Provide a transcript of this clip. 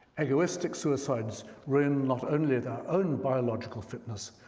egoistic suicides ruin not only their own biological fitness,